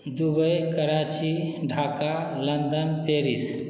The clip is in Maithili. Dubai Karachi Dhaka London Paris